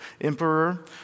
emperor